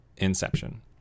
Inception